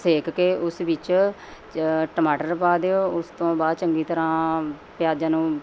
ਸੇਕ ਕੇ ਉਸ ਵਿੱਚ ਚ ਟਮਾਟਰ ਪਾ ਦਿਓ ਉਸ ਤੋਂ ਬਾਅਦ ਚੰਗੀ ਤਰ੍ਹਾਂ ਪਿਆਜ਼ਾਂ ਨੂੰ